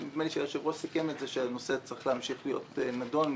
נדמה לי שהיושב-ראש סיכם שהנושא צריך להמשיך להיות נדון.